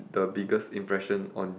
the biggest impression on